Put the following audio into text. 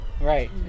Right